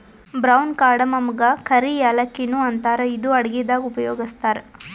brown ಕಾರ್ಡಮಮಗಾ ಕರಿ ಯಾಲಕ್ಕಿ ನು ಅಂತಾರ್ ಇದು ಅಡಗಿದಾಗ್ ಉಪಯೋಗಸ್ತಾರ್